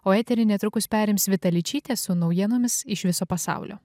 o eterį netrukus perims vita ličytė su naujienomis iš viso pasaulio